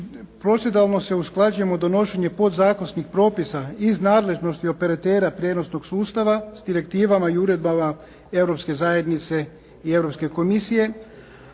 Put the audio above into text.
Proceduralno se usklađujemo sa donošenjem podzakonskih propisa iz nadležnosti operatera prijenosnog sustava s direktivama i uredbama Europske zajednice i Europske komisije,